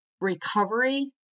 recovery